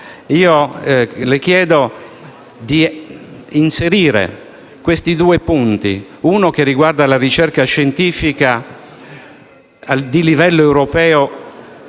Io le chiedo di inserire questi due punti: il primo riguarda la ricerca scientifica a livello europeo